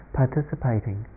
participating